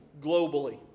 globally